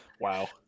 Wow